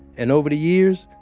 and over the years,